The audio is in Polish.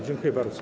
Dziękuję bardzo.